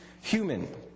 human